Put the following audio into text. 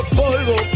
polvo